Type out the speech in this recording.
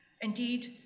Indeed